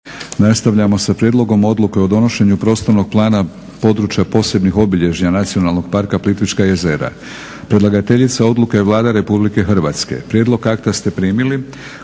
Nastavljamo sa: - Prijedlog odluke o donošenju prostornog plana područja posebnih obilježja Nacionalnog parka Plitvička jezera. Predlagateljica odluke je Vlada RH. Prijedlog akta ste primili.